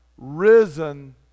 risen